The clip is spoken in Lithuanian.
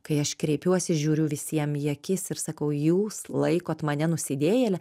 kai aš kreipiuosi žiūriu visiem į akis ir sakau jūs laikot mane nusidėjele